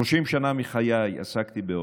30 שנה מחיי עסקתי בהוראה,